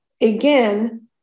again